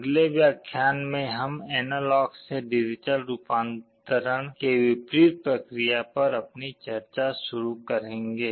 अगले व्याख्यान में हम एनालॉग से डिजिटल रूपांतरण के विपरीत प्रक्रिया पर अपनी चर्चा शुरू करेंगे